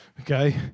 okay